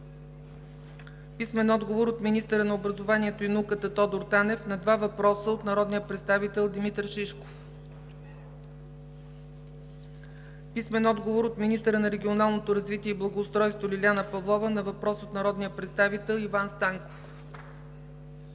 Борислав Иглев; - министъра на образованието и науката Тодор Танев на два въпроса от народния представител Димитър Шишков; - министъра на регионалното развитие и благоустройството Лиляна Павлова на въпрос от народния представител Иван Станков;